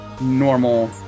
normal